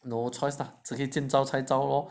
no choice lah 直接见招拆招 lor